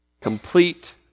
complete